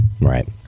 Right